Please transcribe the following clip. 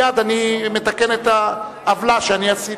מייד אני מתקן את העוולה שאני עשיתי.